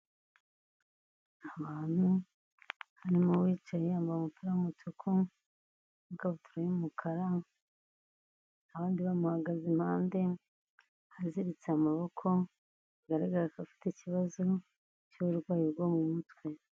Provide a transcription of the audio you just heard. Abantu harimo uwicaye yambaye umupira w'umutuku, ikabutura y'umukara, abandi bamuhagaze impande aziritse amaboko, bigaragara ko afite ikibazo cy'uburwayi bwo mu mutwe.